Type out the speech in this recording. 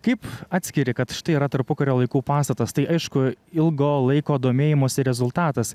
kaip atskiri kad štai yra tarpukario laikų pastatas tai aišku ilgo laiko domėjimosi rezultatas